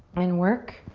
and work.